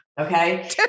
Okay